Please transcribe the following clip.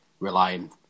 relying